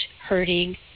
hurting